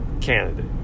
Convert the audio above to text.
candidate